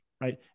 right